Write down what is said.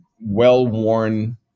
well-worn